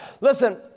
Listen